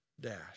dash